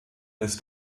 ist